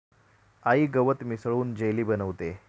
आई गवत मिसळून जेली बनवतेय